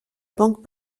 banque